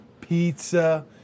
Pizza